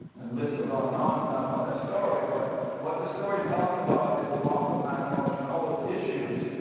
and the list goes on and on, it's not about that story, but what the story talks about is loss of land, culture, and all those issues,